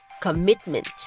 commitment